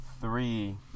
Three